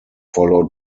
followed